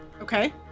Okay